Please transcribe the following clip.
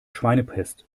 schweinepest